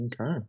okay